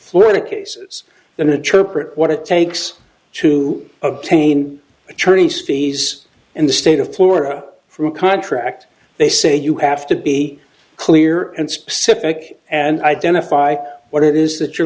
florida cases in a cerberus what it takes to obtain attorney's fees in the state of florida from contract they say you have to be clear and specific and identify what it is that you're